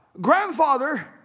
grandfather